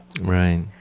Right